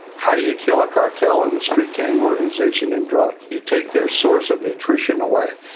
how do you kill a cartel and a street gang organization in drugs? you take their source of nutrition away.